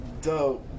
dope